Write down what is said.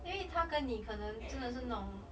then 因为他跟你可能真的是那种